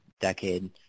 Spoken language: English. decade